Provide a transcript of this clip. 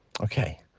Okay